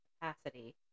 capacity